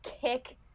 kick